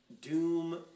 Doom